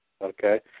Okay